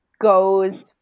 goes